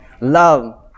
love